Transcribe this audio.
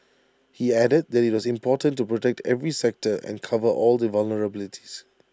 he added that IT was important to protect every sector and cover all the vulnerabilities